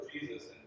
Jesus